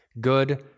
good